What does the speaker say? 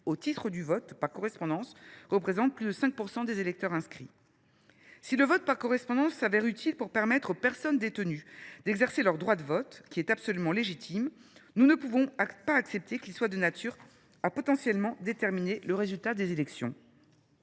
d’électeurs votant par correspondance représente plus de 5 % des électeurs inscrits. Si le vote par correspondance est utile pour permettre aux personnes détenues d’exercer leur droit de vote, lequel est absolument légitime, nous ne pouvons pas accepter qu’il soit potentiellement de nature à déterminer le résultat des élections.